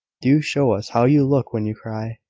do show us how you look when you cry.